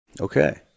Okay